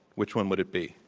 which one would it be?